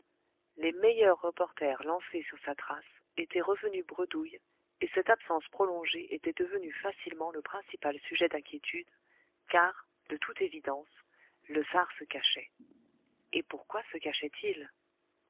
les meilleurs reporters lancés sur sa trace étaient revenus bredouilles et cette absence prolongée était devenue facilement le principal sujet d'inquiétude car de toute évidence le sâr se cachait et pourquoi se cachait il